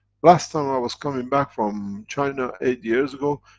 last time i was coming back from china, eight years ago,